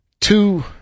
Two